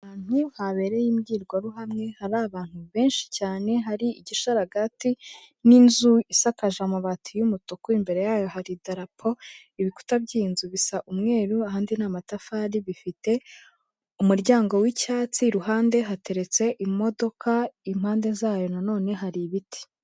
Ahantu habereye imbwirwaruhame, hari abantu benshi cyane, hari igisharagati n'inzu isakaje amabati y'umutuku, imbere yayo hari idarapo, ibikuta by'iyi nzu bisa umweru ahandi ni amatafari, bifite umuryango w'icyatsi, iruhande hateretse imodoka, impande zayo nanone hari ibiti.